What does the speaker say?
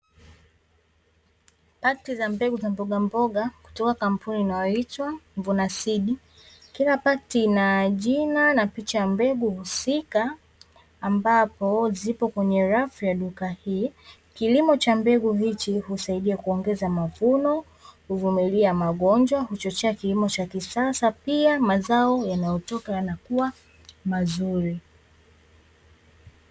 Pakiti za mbegu za mbogamboga kutoka kampuni inayoitwa (Vuna Seeds). Kila pakiti ina jina na picha ya mbegu husika ambapo zipo kwenye rafu ya duka hii. Kilimo cha mbegu hichi husaidia kuongeza mavuno, huvumilia magonjwa, huchochea kilimo cha kisasa, pia mazao yanayotoka yanakuwa mazuri.